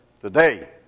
today